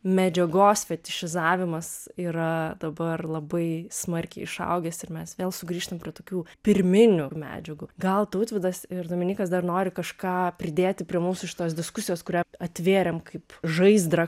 medžiagos fetišizavimas yra dabar labai smarkiai išaugęs ir mes vėl sugrįžtam prie tokių pirminių medžiagų gal tautvydas ir dominykas dar nori kažką pridėti prie mūsų šitos diskusijos kurią atvėrėm kaip žaizdrą